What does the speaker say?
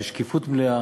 בשקיפות מלאה.